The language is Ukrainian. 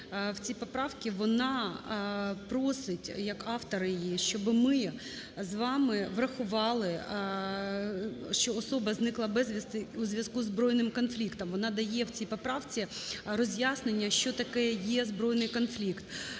В цій поправці вона просить як автор її, щоб ми з вами врахували, що "особа, зникла безвісти у зв'язку зі збройним конфліктом". Вона дає в цій поправці роз'яснення, що таке є збройний конфлікт.